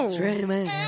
dreaming